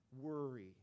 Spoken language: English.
worry